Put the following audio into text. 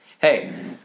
Hey